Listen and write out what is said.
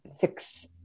fix